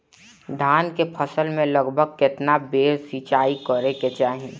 धान के फसल मे लगभग केतना बेर सिचाई करे के चाही?